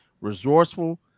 resourceful